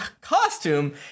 costume